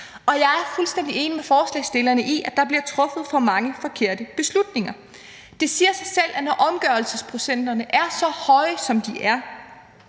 Og jeg er fuldstændig enig med forslagsstillerne i, at der bliver truffet for mange forkerte beslutninger. Det siger sig selv, at når omgørelsesprocenterne er så høje, som de er,